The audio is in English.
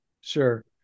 Sure